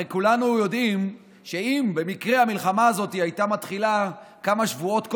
הרי כולנו יודעים שאם במקרה המלחמה הזאת הייתה מתחילה כמה שבועות קודם,